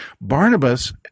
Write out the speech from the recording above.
Barnabas